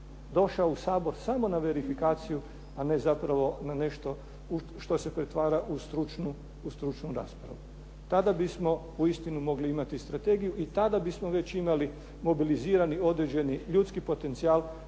došao u Sabor samo na verifikaciju, a ne zapravo na nešto u što se pretvara u stručnu raspravu. Tada bismo uistinu mogli imati strategiju i tada bismo već imali mobilizirani određeni ljudski potencijal